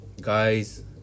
guys